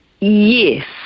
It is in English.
Yes